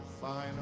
final